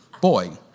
boy